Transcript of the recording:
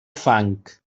fang